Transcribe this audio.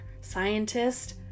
scientist